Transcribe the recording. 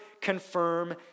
confirm